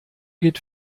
geht